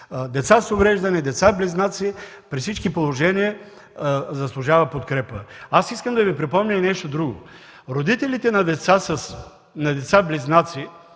деца с увреждания, деца близнаци, при всички положения заслужава поощрение. Аз искам да Ви припомня и нещо друго. Родителите на деца близнаци,